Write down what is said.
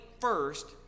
first